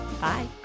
Bye